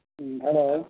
ꯎꯝ hello